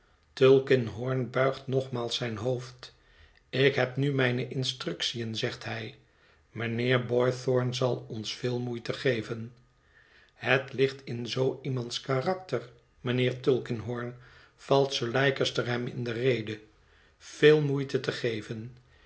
tulkinghorn buigt nogmaals zijn hoofd ik heb nu mijne instructiën zegt hij mijnheer boythorn zal ons veel moeite geven het ligt in zoo iemands karakter mijnheer tulkinghorn valt sir leicester hem in de rede veel moeite te geven